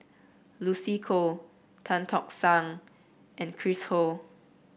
Lucy Koh Tan Tock San and Chris Ho